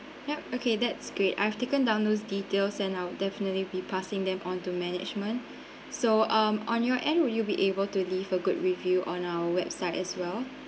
ya okay that's great I've taken down those details and I'll definitely be passing them on to management so um on your end will you be able to leave a good review on our website as well